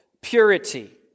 purity